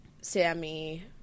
Sammy